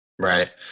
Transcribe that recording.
right